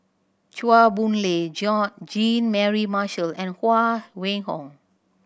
Chua Boon Lay Jean Mary Marshall and Huang Wenhong